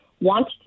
want